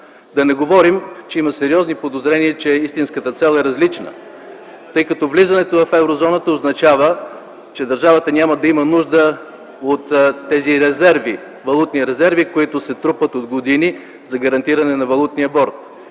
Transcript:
да говорим за сериозните подозрения, че истинската цел е различна, тъй като влизането в еврозоната означава, че държавата няма да има нужда от тези валутни резерви, които се трупат от години за гарантиране на валутния борд.